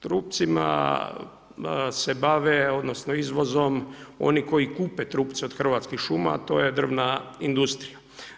Trupcima se bave, odnosno izvozom oni koji kupe trupce od Hrvatskih šuma a to je drvna industrija.